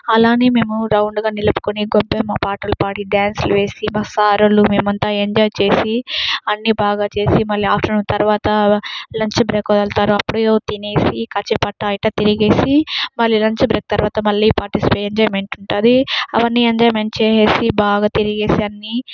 అలానే మేము రౌండ్గా నిలుపుకొని గొబ్బెమ్మలు పాటలు పాడి డాన్సులు వేసి మా సారులు మేమంతా ఎంజాయ్ చేసి అన్ని బాగా చేసి మళ్ళీ ఆఫ్టర్నూన్ తర్వాత లంచ్ బ్రేక్ వదులుతారు అప్పుడు తినేసి కాసేపు అట్ట ఇట్ట తిరిగేసి మళ్లీ లంచ్ బ్రేక్ తర్వాత మళ్లీ పాటిస్పేట్ ఎంజాయ్మెంట్ ఉంటుంది అవన్నీ ఎంజాయ్మెంట్ చేసేసి బాగా తిరిగేసి అన్నీ